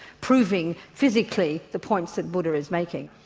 proving physically the points that buddha is making.